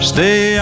Stay